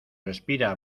respira